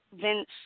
Vince